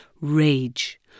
Rage